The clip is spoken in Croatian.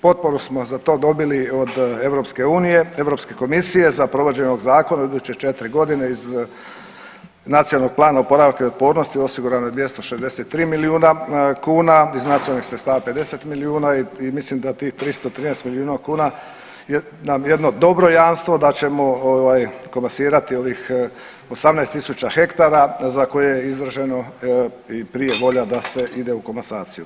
Potporu smo za to dobili od EU, Europske komisije za provođenje ovog zakona iduće 4 godine iz Nacionalnog plana oporavka i otpornosti osigurano je 263 milijuna kuna, iz Nacionalnih sredstava 50 milijuna i mislim da tih 313 milijuna kuna nam je jedno dobro jamstvo da ćemo komasirati ovih 18000 ha za koje je izvršeno i prije volja da se ide u komasaciju.